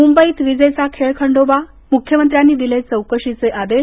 मुंबईत विजेचा खेळखंडोवा मुख्यमंत्र्यांनी दिले चौकशीचे आदेश